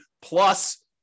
plus